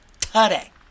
today